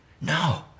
No